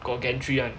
got gantry [one]